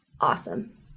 awesome